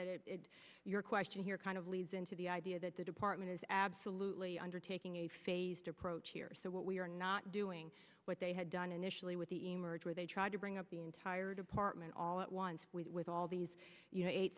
believe your question here kind of leads into the idea that the department is absolutely undertaking a phased approach here so what we are not doing what they had done initially with the emerge where they tried to bring up the entire department all at once with with all these